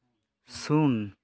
ᱥᱩᱱ